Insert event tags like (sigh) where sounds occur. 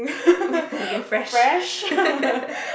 (laughs) looking fresh (laughs)